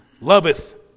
loveth